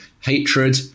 hatred